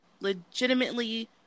legitimately